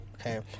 Okay